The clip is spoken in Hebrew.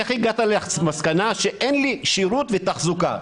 איך הגעת למסקנה שאין לי כשירות לתחזוקה?